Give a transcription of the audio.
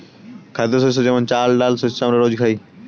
খাদ্যশস্য যেমন চাল, ডাল শস্য আমরা রোজ খাই